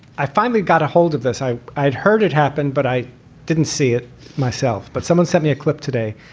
i finally got a hold of this. i i'd heard it happened, but i didn't see it myself. but someone sent me a clip today.